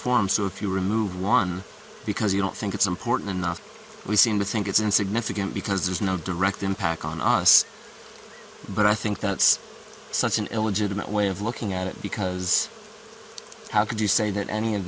form so if you remove one because you don't think it's important enough we seem to think it's insignificant because there's no direct impact on us but i think that's such an illegitimate way of looking at it because how could you say that any of